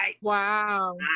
Wow